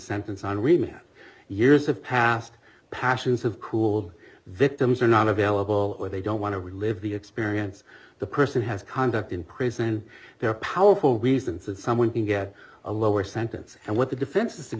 sentence on remaining years of past passions of cool victims are not available or they don't want to be lived the experience the person has conduct in prison there are powerful reasons that someone can get a lower sentence and what the defense